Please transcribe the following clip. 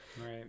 right